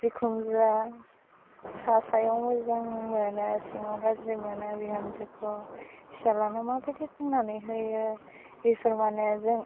बिखुनजोआ सा सायाव मोजां मोनो सिङाव गाज्रि मोनो बिहामजोखौ फिसालानो माबायदि बुंनानै होयो बेफोर माने जों